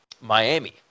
Miami